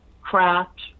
craft